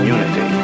Unity